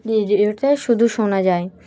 এটা শুধু শোনা যায়